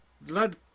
Blood